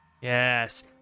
Yes